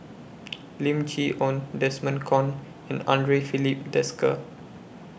Lim Chee Onn Desmond Kon and Andre Filipe Desker